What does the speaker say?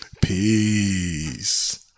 Peace